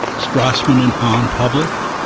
strassmann and hahn published,